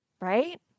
Right